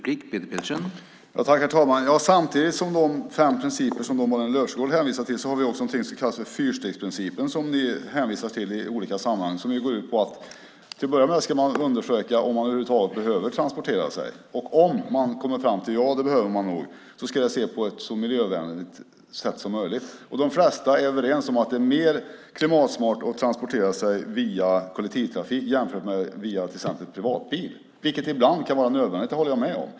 Herr talman! Malin Löfsjögård hänvisar till de fem principerna. Vi har också någonting som kallas för fyrstegsprincipen, som ni hänvisar till i olika sammanhang. Den går ut på att man till att börja med ska undersöka om man över huvud taget behöver transportera sig. Och om man kommer fram till att man nog behöver det ska det ske på ett så miljövänligt sätt som möjligt. De flesta är överens om att det är mer klimatsmart att transportera sig via kollektivtrafik än via till exempel privatbil, vilket ibland kan vara nödvändigt; det håller jag med om.